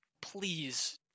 please